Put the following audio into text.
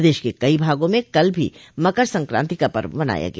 प्रदेश के कई भागों में कल भी मकर संक्राति का पर्व मनाया गया